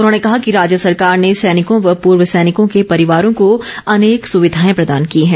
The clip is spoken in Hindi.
उन्होंने कहा कि राज्य सरकार ने सैनिकों व पूर्व सैनिकों के परिवारों को अनेक सुविधाएं प्रदान की हैं